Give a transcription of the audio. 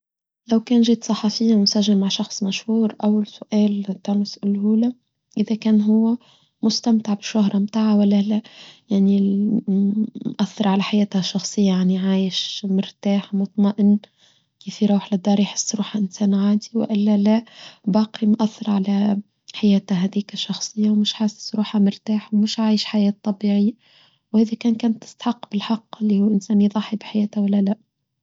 لو كان جيت صحفيه ومسجل مع شخص مشهور أول سؤال تانوس لهولم إذا كان هو مستمتع بشهره متاعه ولا لا يعني مؤثر على حياته الشخصية يعني عايش مرتاح مطمئن يفي روح للدار يحس روحه إنسان عادي وإلا لا وباقي مؤثر على حياته هذه كشخصية ومش حاسس روحه مرتاح ومش عايش حياة طبيعية وإذا كان كانت تستحق بالحق اللي هو إنسان يضاحي بحياته ولا لا.